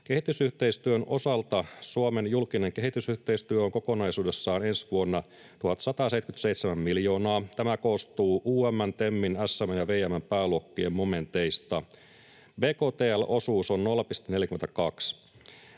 Kehitysyhteistyön osalta Suomen julkinen kehitysyhteistyö on kokonaisuudessaan ensi vuonna 1 177 miljoonaa. Tämä koostuu UM:n, TEMin, SM:n ja VM:n pääluokkien momenteista. Bktl-osuus on 0,42,